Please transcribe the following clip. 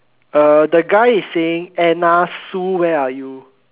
the guy is saying Anna Sue where are you